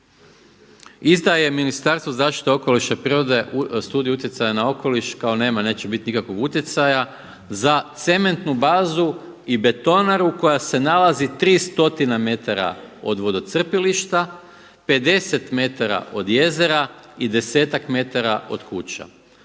Izdaje Ministarstvo zaštite okoliša i prirode studiju utjecaja na okoliš, kao nema, neće biti nikakvog utjecaja za cementnu bazu i betonaru koja se nalazi 3 stotine metara od vodocrpilišta, 50 metara od jezera i 10-ak metara od kuća.